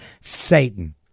Satan